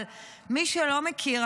אבל למי שלא מכיר,